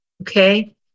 okay